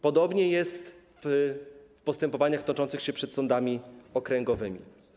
Podobnie jest w postępowaniach toczących się przed sądami okręgowymi.